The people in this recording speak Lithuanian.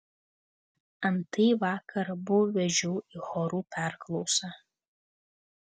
antai vakar abu vežiau į chorų perklausą